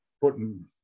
putting